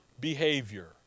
behavior